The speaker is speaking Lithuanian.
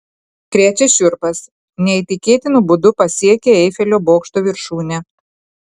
krečia šiurpas neįtikėtinu būdu pasiekė eifelio bokšto viršūnę